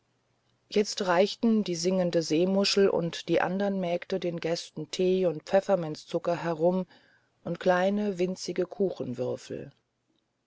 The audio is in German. jetzt reichten die singende seemuschel und die anderen mägde den gästen tee und pfefferminzzucker herum und kleine winzige